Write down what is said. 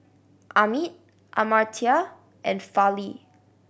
Amit Amartya and Fali